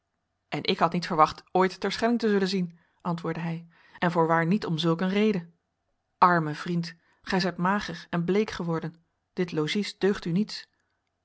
en ik had niet verwacht ooit terschelling te zullen zien antwoordde hij en voorwaar niet om zulk een reden arme vriend gij zijt mager en bleek geworden dit logies deugt u mets